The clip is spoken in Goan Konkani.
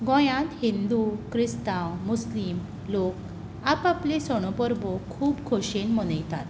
गोंयांत हिंदू क्रिस्तांव मुसलीम लोक आप आपल्यो सणो परबो खूब खोशयेन मनयतात